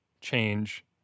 change